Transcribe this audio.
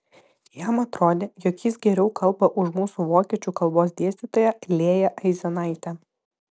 jam atrodė jog jis geriau kalba už mūsų vokiečių kalbos dėstytoją lėją aizenaitę